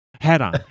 Head-on